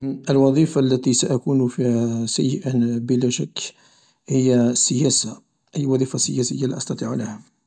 الوظيفة التي سأكون فيها سيئا بلا شك هي السياسة أي وظيفة سياسية لا أستطيع لها.